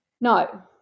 No